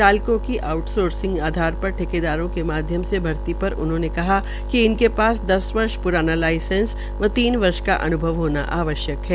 चालकों की आऊसोसिंग आधार पर ठेकेदारों के माध्यम से भर्ती पर उन्होंने कहा कि इनके पास दस वर्ष प्राना लाइसेंस व तीन वर्ष का अन्भव होना आवश्यक है